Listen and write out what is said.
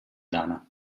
lana